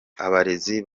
abarezi